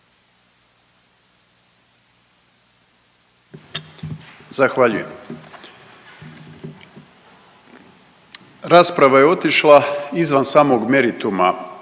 Zahvaljujem.